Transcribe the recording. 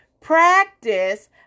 practice